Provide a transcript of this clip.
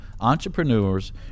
entrepreneurs